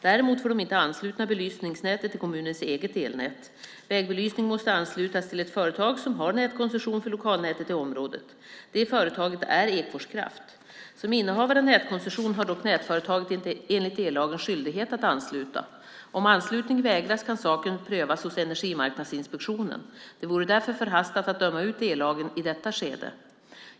Däremot får de inte ansluta belysningsnätet till kommunens eget elnät. Vägbelysningen måste anslutas till det företag som har nätkoncession för lokalnätet i området. Det företaget är Ekfors Kraft. Som innehavare av nätkoncession har dock nätföretaget enligt ellagen skyldighet att ansluta. Om anslutning vägras kan saken prövas hos Energimarknadsinspektionen. Det vore därför förhastat att döma ut ellagen i detta skede.